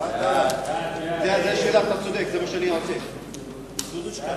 ההצעה להעביר את הצעת חוק המועצות האזוריות)